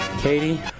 Katie